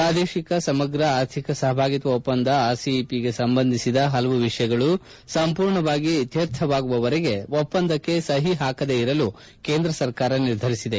ಪ್ರಾದೇಶಿಕ ಸಮಗ್ರ ಅರ್ಥಿಕ ಸಹಭಾಗಿತ್ವ ಒಪ್ಪಂದ ಆರ್ಸಿಇಪಿಗೆ ಸಂಬಂಧಿಸಿದ ಪಲವು ವಿಷಯಗಳು ಸಂಪೂರ್ಣವಾಗಿ ಇತ್ಕರ್ಥವಾಗುವವರೆಗೆ ಒಪ್ಪಂದಕ್ಕೆ ಸಹಿ ಪಾಕದೇ ಇರಲು ಕೇಂದ್ರ ಸರ್ಕಾರ ನಿರ್ಧರಿಸಿದೆ